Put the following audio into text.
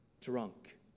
drunk